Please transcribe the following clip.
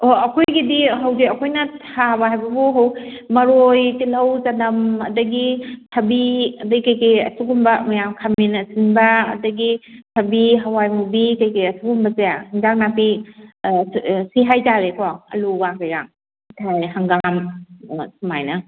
ꯑꯣ ꯑꯩꯈꯣꯏꯒꯤꯗꯤ ꯍꯧꯖꯤꯛ ꯑꯩꯈꯣꯏꯅ ꯊꯥꯕ ꯍꯥꯏꯕꯕꯨ ꯃꯔꯣꯏ ꯇꯤꯜꯍꯧ ꯆꯅꯝ ꯑꯗꯒꯤ ꯊꯥꯕꯤ ꯑꯗꯩ ꯀꯩꯀꯩ ꯑꯁꯤꯒꯨꯃꯕ ꯃꯌꯥꯝ ꯈꯥꯃꯦꯟ ꯑꯁꯤꯟꯕ ꯑꯗꯒꯤ ꯊꯕꯤ ꯍꯋꯥꯏꯃꯨꯕꯤ ꯀꯩꯀꯩ ꯑꯁꯤꯒꯨꯝꯕꯁꯦ ꯏꯟꯖꯥꯡ ꯅꯥꯄꯤ ꯁꯤ ꯍꯥꯏꯇꯥꯔꯦꯀꯣ ꯑꯂꯨꯒꯥꯡ ꯀꯩꯒꯥꯡ ꯊꯥꯏ ꯍꯪꯒꯥꯝ ꯁꯨꯃꯥꯏꯅ